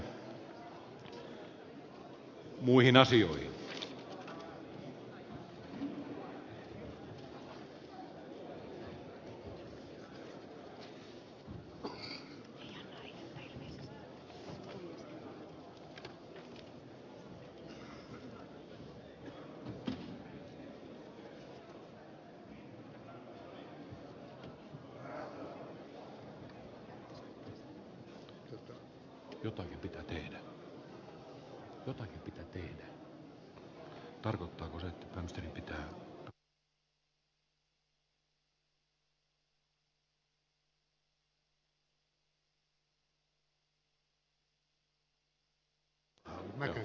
kiitos kysymyksestä